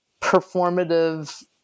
performative